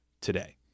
today